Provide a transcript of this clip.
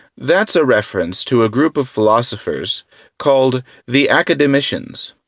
that's a reference to a group of philosophers called the academicians.